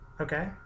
Okay